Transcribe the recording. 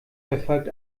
verfolgt